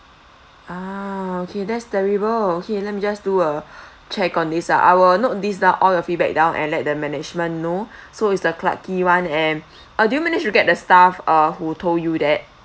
ah okay that's terrible okay let me just do a check on this ah I will note this down all your feedback down and let the management know so it's the clarke quay [one] and uh did you manage you get the staff uh who told you that